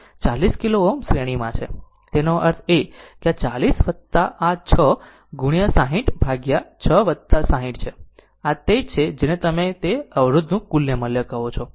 તેની સાથે 40 કિલો Ω શ્રેણીમાં છે તેનો અર્થ એ કે આ 40 આ 6 ગુણ્યા 60 ભાગ્યા 6 60 છે આ તે જ છે જેને તમે કહો છો તે અવરોધનું કુલ મૂલ્ય છે